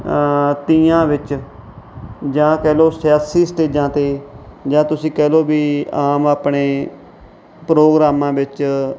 ਤੀਆਂ ਵਿੱਚ ਜਾਂ ਕਹਿ ਲਓ ਸਿਆਸੀ ਸਟੇਜਾਂ 'ਤੇ ਜਾਂ ਤੁਸੀਂ ਕਹਿ ਲਓ ਵੀ ਆਮ ਆਪਣੇ ਪ੍ਰੋਗਰਾਮਾਂ ਵਿੱਚ